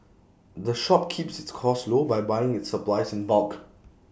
the shop keeps its costs low by buying its supplies in bulk